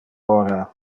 ora